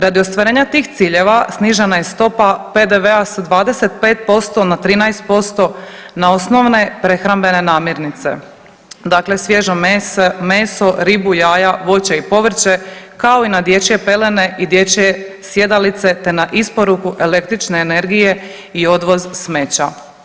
Radi ostvarenja tih ciljeva, snižena je stopa PDV-a sa 25% na 13% na osnovne prehrambene namirnice, dakle svježe meso, ribu, jaja, voće i povrće, kao i na dječje pelene i dječje sjedalice, te na isporuku električne energije i odvoz smeća.